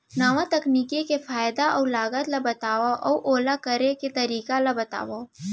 नवा तकनीक के फायदा अऊ लागत ला बतावव अऊ ओला करे के तरीका ला बतावव?